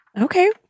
Okay